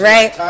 Right